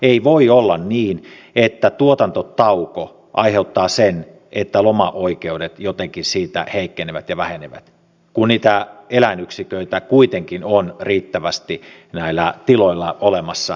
ei voi olla niin että tuotantotauko aiheuttaa sen että lomaoikeudet jotenkin siitä heikkenevät ja vähenevät kun niitä eläinyksiköitä kuitenkin on riittävästi näillä tiloilla olemassa